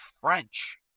French